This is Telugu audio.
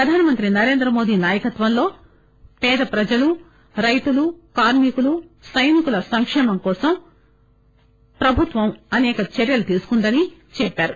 ప్రధానమంత్రి నరేంద్రమోదీ నాయకత్వంలో పేద ప్రజలు రైతులు కార్మికులు సైనికుల సంకేమం కోసం ప్రభుత్వం అసేక చర్యలు తీసుకుందని చెప్పారు